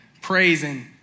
praising